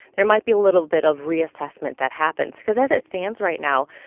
there might be a little bit of reassessment that happens because as it stands right now,